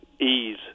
ease